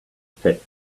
pet